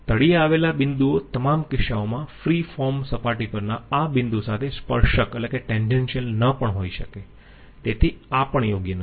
તળિયે આવેલા બિંદુઓ તમામ કિસ્સાઓમાં ફ્રી ફોર્મ સપાટી પરના આ બિંદુઓ સાથે સ્પર્શક ન પણ હોઈ શકે તેથી આ પણ યોગ્ય નથી